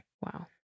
Wow